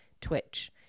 Twitch